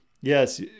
yes